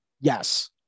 yes